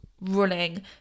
running